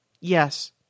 Yes